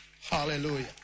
Hallelujah